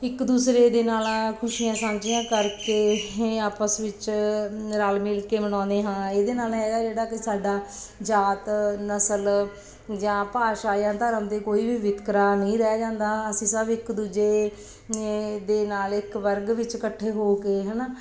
ਇੱਕ ਦੂਸਰੇ ਦੇ ਨਾਲ ਖੁਸ਼ੀਆਂ ਸਾਂਝੀਆਂ ਕਰਕੇ ਹੇ ਆਪਸ ਵਿੱਚ ਰਲ ਮਿਲ ਕੇ ਮਨਾਉਂਦੇ ਹਾਂ ਇਹਦੇ ਨਾਲ ਹੈਗਾ ਜਿਹੜਾ ਕਿ ਸਾਡਾ ਜਾਤ ਨਸਲ ਜਾਂ ਭਾਸ਼ਾ ਜਾਂ ਧਰਮ ਦਾ ਕੋਈ ਵੀ ਵਿਤਕਰਾ ਨਹੀਂ ਰਹਿ ਜਾਂਦਾ ਅਸੀਂ ਸਭ ਇੱਕ ਦੂਜੇ ਦੇ ਨਾਲ ਇੱਕ ਵਰਗ ਵਿੱਚ ਇਕੱਠੇ ਹੋ ਕੇ ਹੈ ਨਾ